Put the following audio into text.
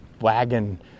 wagon